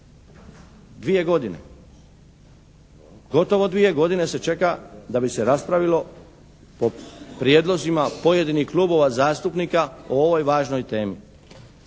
dvije godine, gotovo dvije godine se čeka da bi se raspravilo po prijedlozima pojedinih klubova zastupnika o ovoj važnoj temi.